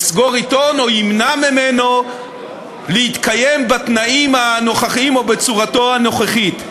יסגור עיתון או ימנע ממנו להתקיים בתנאים הנוכחיים או בצורתו הנוכחית.